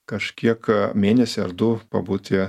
kažkiek mėnesį ar du pabūti